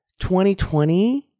2020